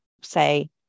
say